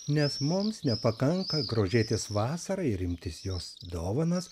nes mums nepakanka grožėtis vasara ir imtis jos dovanas